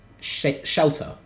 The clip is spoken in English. shelter